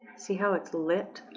see how it's lit